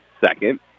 second